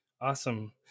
Awesome